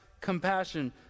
compassion